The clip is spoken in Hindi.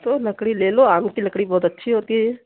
तो लकड़ी ले लो आम की लकड़ी बहुत अच्छी होती है